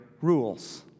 rules